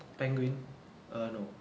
penguin err no